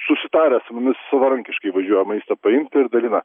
susitarę su mumis savarankiškai važiuoja maistą paimt ir dalina